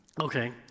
Okay